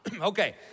Okay